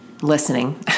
listening